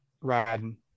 riding